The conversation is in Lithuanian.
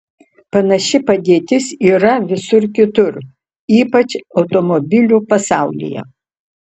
panaši padėtis yra visur kitur ypač automobilių pasaulyje